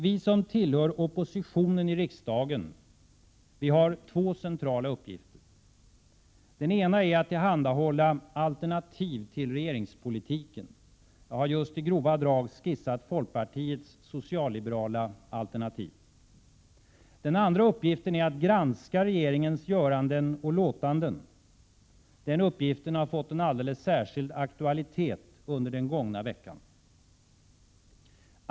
Vi som tillhör oppositionen i riksdagen har två centrala uppgifter. Den ena är att tillhandahålla alternativ till regeringspolitiken. Jag har just i grova drag skissat folkpartiets socialliberala alternativ. Den andra uppgiften är att granska regeringens göranden och låtanden. Den uppgiften har fått en alldeles särskild aktualitet under den gångna veckan.